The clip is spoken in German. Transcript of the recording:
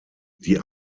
die